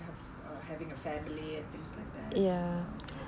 have having a family and things like that okay